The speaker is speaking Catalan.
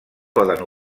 poden